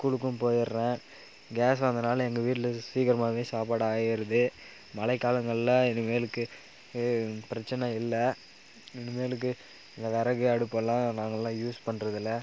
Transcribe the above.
ஸ்கூலுக்கும் போயிடுறேன் கேஸ் வந்ததுனால் எங்கள் வீட்டில் சீக்கிரமாகவே சாப்பாடு ஆகிருது மழை காலங்களில் இனிமேலுக்கு பிரச்சின இல்லை இனிமேலுக்கு இந்த விறகு அடுப்பெல்லாம் நாங்களெலாம் யூஸ் பண்ணுறது இல்லை